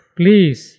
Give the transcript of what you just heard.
please